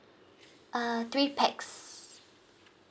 uh three pax